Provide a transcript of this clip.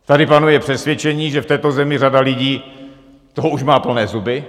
Tady panuje přesvědčení, že v této zemi řada lidí toho už má plné zuby.